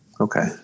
Okay